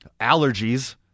allergies